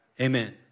Amen